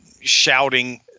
shouting